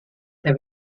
der